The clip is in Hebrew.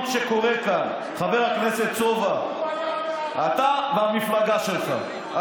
הישראלית באמצעות הגדרה מחדש של יחסי הכוחות